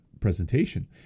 presentation